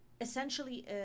essentially